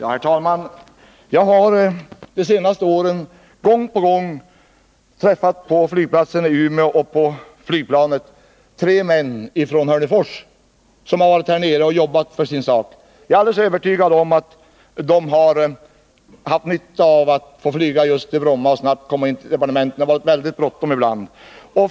Herr talman! Jag har de senaste åren gång på gång på flygplatsen i Umeå och på flygplanet träffat tre män från Hörnefors som varit här nere och jobbat för sin sak. Jag är alldeles övertygad om att de har haft nytta av att få flyga just till Bromma och snabbt komma in till departementet. Det har varit väldigt bråttom ibland.